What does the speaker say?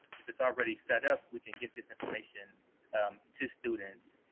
if it's already set up, we can give this information to students.